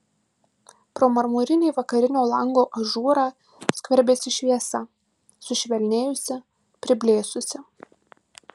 pro marmurinį vakarinio lango ažūrą skverbėsi šviesa sušvelnėjusi priblėsusi